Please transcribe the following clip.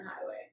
highway